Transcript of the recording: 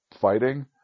fighting